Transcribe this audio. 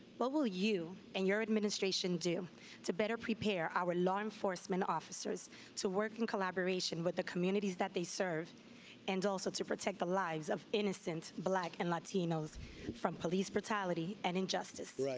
but will you and your administration do to better prepare our law enforcement officers to work in collaboration with the communities that they serve and also to protect the lives of innocent black and latinos from police brutality and injustice? right,